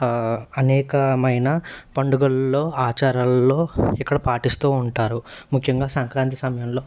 అనేకమైన పండుగల్లో ఆచారాల్లో ఇక్కడ పాటిస్తూ ఉంటారు ముఖ్యంగా సంక్రాంతి సమయంలో